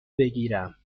بگیرم